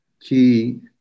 key